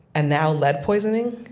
and now lead poisoning?